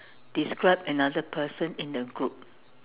describe another person in the group